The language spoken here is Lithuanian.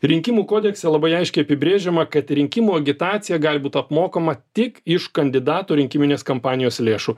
rinkimų kodekse labai aiškiai apibrėžiama kad rinkimų agitacija gali būt apmokama tik iš kandidatų rinkiminės kampanijos lėšų